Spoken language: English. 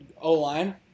O-line